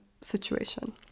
situation